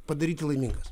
padaryti laimingas